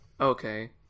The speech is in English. Okay